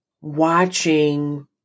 watching